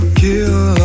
kill